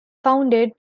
founded